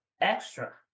extra